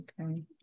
Okay